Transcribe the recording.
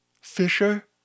Fisher